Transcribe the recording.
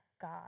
God